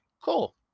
cool